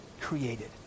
created